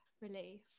relief